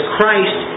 Christ